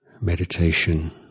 meditation